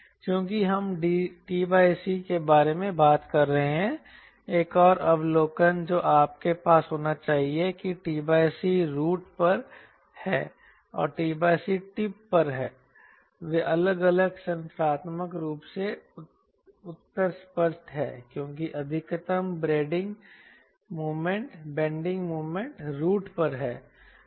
चूँकि हम t c के बारे में बात कर रहे हैं एक और अवलोकन जो आपके पास होना चाहिए कि t c रूट पर है और t c टिप पर है वे अलग अलग संरचनात्मक रूप से उत्तर स्पष्ट हैं क्योंकि अधिकतम बेंडिंग मोमेंट रूट पर है